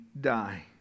die